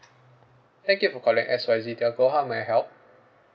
thank you for calling X Y Z telco how may I help